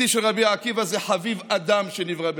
השיא של רבי עקיבא הוא "חביב אדם שנברא בצלם",